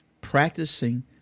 practicing